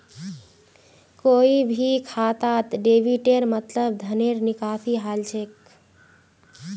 कोई भी खातात डेबिटेर मतलब धनेर निकासी हल छेक